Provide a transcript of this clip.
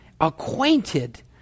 acquainted